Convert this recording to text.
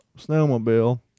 snowmobile